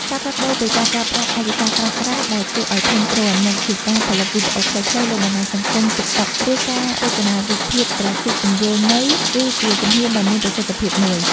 ការផ្លាស់ប្តូរពីការប្រើប្រាស់ឯកសារក្រាស់ៗដែលគួរឱ្យធុញទ្រាន់ មកជាការផលិតវីដេអូខ្លីៗលើបណ្ដាញសង្គម ទិកតុក (TikTok) ឬការរចនារូបភាពក្រាហ្វិកពន្យល់ន័យ (Infographics) គឺជាជំហានដ៏មានប្រសិទ្ធភាពមួយ។